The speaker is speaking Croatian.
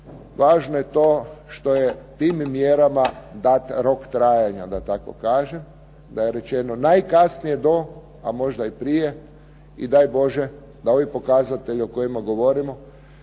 važno je to što je tim mjerama dat rok trajanja da tako kažem, da je rečeno najkasnije do a možda i prije, i daj Bože da ovi pokazatelji o kojima govorimo